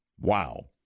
Wow